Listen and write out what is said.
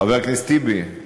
חבר הכנסת טיבי,